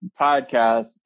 podcast